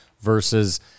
versus